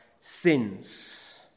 sins